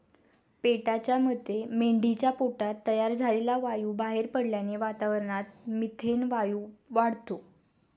पेटाच्या मते मेंढीच्या पोटात तयार झालेला वायू बाहेर पडल्याने वातावरणात मिथेन वायू वाढतो